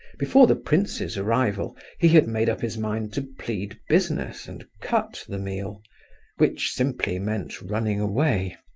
before the prince's arrival he had made up his mind to plead business, and cut the meal which simply meant running away.